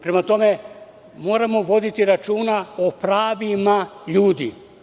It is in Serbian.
Prema tome, moramo voditi računa o pravima ljudi.